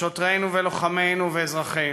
שוטרינו ולוחמינו ואזרחינו.